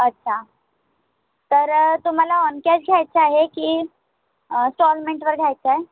अच्छा तर तुम्हाला ऑन कॅश घ्यायचा आहे की स्टॉलमेन्टवर घ्यायचा आहे